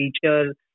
feature